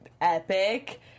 epic